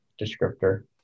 descriptor